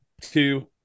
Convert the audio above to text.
two